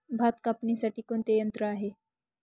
भात कापणीसाठी कोणते यंत्र आहे?